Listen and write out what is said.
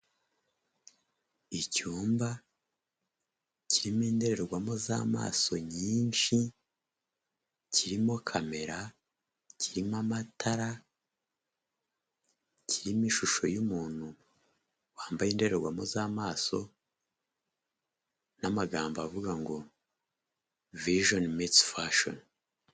Icyumba kirimo indorerwamo z'amaso nyinshi, kirimo kamera kirimo amatara kirimo ishusho y'umuntu wambaye indorerwamo z'amaso, n'amagambo avuga ngo vision meets fashion.